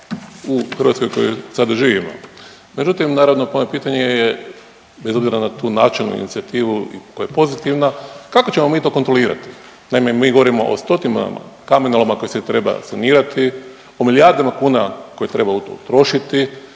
u Hrvatskoj u kojoj sada živimo. Međutim, naravno moje pitanje je bez obzira na tu načelnu inicijativu koja je pozitivna kako ćemo mi to kontrolirati. Naime, mi govorimo o stotinama kamenoloma koji se traju sanirati, o milijardama kuna koje treba utrošiti